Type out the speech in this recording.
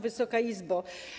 Wysoka Izbo!